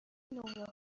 نمره